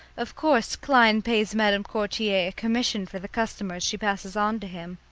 of course, klein pays madame courtier a commission for the customers she passes on to him.